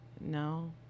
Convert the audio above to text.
no